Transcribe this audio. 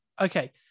okay